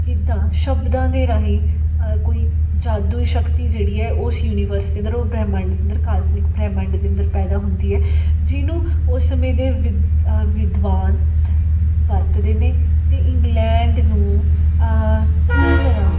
ਕਿੱਦਾਂ ਸ਼ਬਦਾਂ ਦੇ ਰਾਹੀਂ ਕੋਈ ਜਾਦੂ ਸ਼ਕਤੀ ਜਿਹੜੀ ਹੈ ਉਸ ਯੂਨੀਵਰਸ ਦੇ ਅੰਦਰ ਉਹ ਬ੍ਰਹਿਮੰਡ ਦੇ ਅੰਦਰ ਕਾਲਪਨਿਕ ਬ੍ਰਹਿਮੰਡ ਦੇ ਅੰਦਰ ਪੈਦਾ ਹੁੰਦੀ ਹੈ ਜਿਹਨੂੰ ਉਸ ਸਮੇਂ ਦੇ ਵਿਦ ਵਿਦਵਾਨ ਵਰਤਦੇ ਨੇ ਅਤੇ ਇੰਗਲੈਂਡ ਨੂੰ ਕਿਸ ਤਰ੍ਹਾਂ